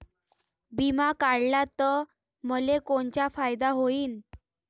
बिमा काढला त मले कोनचा फायदा होईन?